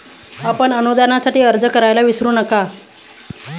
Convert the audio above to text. आपण अनुदानासाठी अर्ज करायला विसरू नका